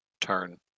turn